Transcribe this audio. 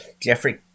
Jeffrey